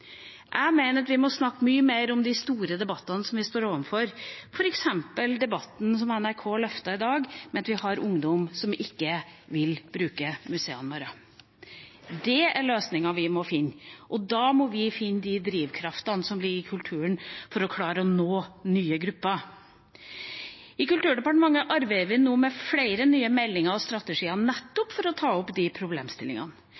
Jeg mener at vi må snakke mye mer om de store debattene som vi står overfor, f.eks. den debatten NRK løftet i dag, om at vi har ungdom som ikke vil bruke museene våre. Det er den løsningen vi må finne, og da må vi finne de drivkreftene som ligger i kulturen, for å klare å nå nye grupper. I Kulturdepartementet arbeider vi nå med flere nye meldinger og strategier,